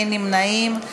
אין נמנעים,